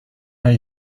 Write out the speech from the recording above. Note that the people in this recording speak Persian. هایی